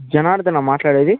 జనార్దనా మాట్లాడేది